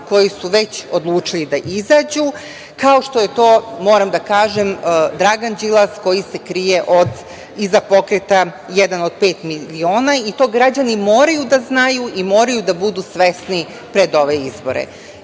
koji su već odlučili da izađu, kao što je to, moram da kažem, Dragan Đilas koji se krije iza Pokreta „Jedan od pet miliona“. To građani moraju da znaju i da moraju da budu svesni pred ove izbore. Moram